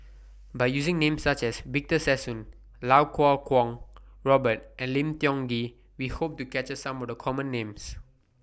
By using Names such as Victor Sassoon Iau Kuo Kwong Robert and Lim Tiong Ghee We Hope to capture Some of The Common Names